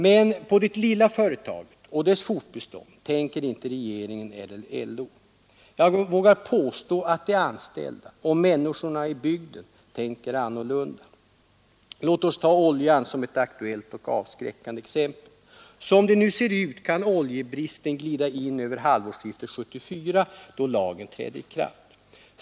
Men på det lilla företaget och dess fortbestånd tänker inte regeringen eller LO — jag vågar påstå att de anställda och människorna i bygden tänker annorlunda. Låt oss ta oljan som ett aktuellt och avskräckande exempel. Som det nu ser ut kan oljebristen glida in över halvårsskiftet 1974 då lagen träder i kraft.